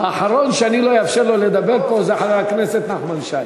האחרון שאני לא אאפשר לו לדבר פה זה חבר הכנסת נחמן שי.